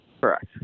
Correct